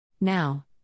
Now